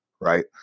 right